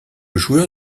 joueur